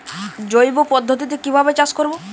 জৈব পদ্ধতিতে কিভাবে চাষ করব?